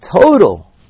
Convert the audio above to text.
total